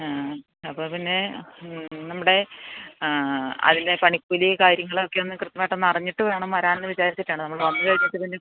മ് അപ്പം പിന്നേ നമ്മുടെ അതിൻ്റെ പണിക്കൂലി കാര്യങ്ങളോ ഒക്കെയൊന്ന് കൃത്യമായിട്ട് ഒന്ന് അറിഞ്ഞിട്ട് വേണം വരാൻ എന്ന് വിചാരിച്ചിട്ടാണ് നമ്മൾ വന്ന് കഴിഞ്ഞിട്ട് പിന്നെ